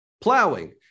plowing